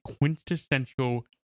quintessential